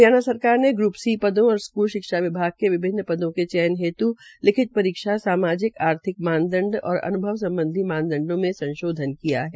हरियाणा सकार ने group C पंदों और स्कूल शिक्षा विभाग के विभिन्न पदों के चयन हेतु लिखित परीक्षा सामाजिक आर्थिक मानदंड और अन्भव सम्बधी मानदंडो में संशोधन किया है